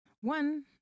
one